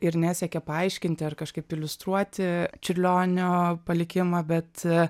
ir nesiekė paaiškinti ar kažkaip iliustruoti čiurlionio palikimą bet